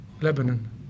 Lebanon